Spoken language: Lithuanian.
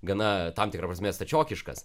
gana tam tikra prasme stačiokiškas